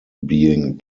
being